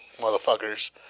motherfuckers